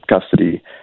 custody